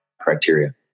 criteria